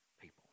people